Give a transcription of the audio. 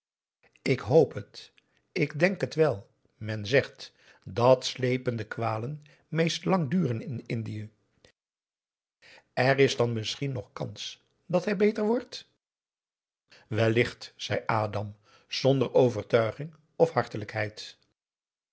ik hoop het ik denk het wel men zegt dat sleepende kwalen meest lang duren in ndië r is dan misschien nog kans dat hij beter wordt wellicht zei adam zonder overtuiging of